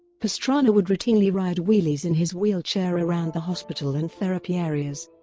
pastrana would routinely ride wheelies in his wheelchair around the hospital and therapy areas.